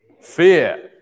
fear